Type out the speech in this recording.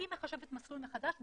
והיא מחשבת מסלול מחדש.